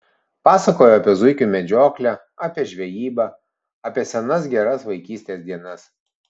pasakojo apie zuikių medžioklę apie žvejybą apie senas geras vaikystės dienas